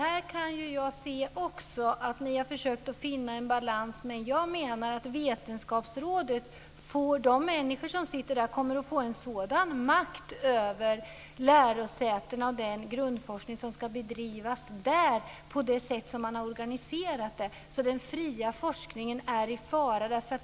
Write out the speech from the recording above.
Fru talman! Jag kan också se att ni har försökt finna en balans men jag menar att de som sitter med i Vetenskapsrådet, så som detta har organiserats, kommer att få en sådan makt över lärosätena och den grundforskning som ska bedrivas att den fria forskningen är i fara.